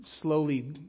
slowly